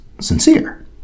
sincere